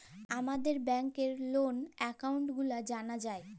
আমাদের ব্যাংকের লল একাউল্ট গুলা জালা যায়